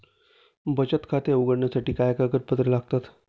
बचत खाते उघडण्यासाठी काय कागदपत्रे लागतात?